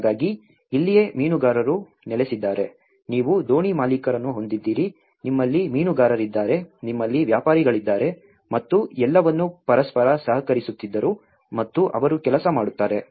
ಹಾಗಾಗಿ ಇಲ್ಲಿಯೇ ಮೀನುಗಾರರು ನೆಲೆಸಿದ್ದಾರೆ ನೀವು ದೋಣಿ ಮಾಲೀಕರನ್ನು ಹೊಂದಿದ್ದೀರಿ ನಿಮ್ಮಲ್ಲಿ ಮೀನುಗಾರರಿದ್ದಾರೆ ನಿಮ್ಮಲ್ಲಿ ವ್ಯಾಪಾರಿಗಳಿದ್ದಾರೆ ಮತ್ತು ಎಲ್ಲವನ್ನೂ ಪರಸ್ಪರ ಸಹಕರಿಸುತ್ತಿದ್ದರು ಮತ್ತು ಅವರು ಕೆಲಸ ಮಾಡುತ್ತಾರೆ